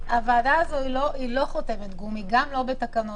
הוועדה הזאת היא לא חותמת גומי, גם לא בתקנות.